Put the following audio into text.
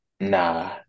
Nah